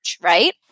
right